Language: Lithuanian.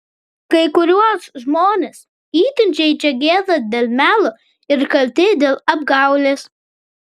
kai kuriuos žmones itin žeidžia gėda dėl melo ir kaltė dėl apgaulės